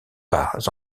pas